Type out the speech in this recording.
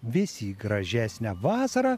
visi į gražesnę vasarą